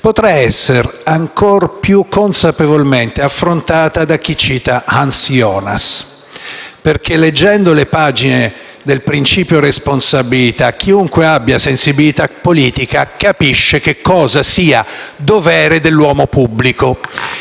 potrà essere ancor più consapevolmente affrontata da chi cita Hans Jonas, perché leggendo «Il principio responsabilità» chiunque abbia sensibilità politica capisce che cosa sia dovere dell'uomo pubblico.